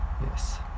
Yes